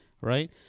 Right